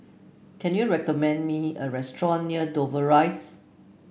can you recommend me a restaurant near Dover Rise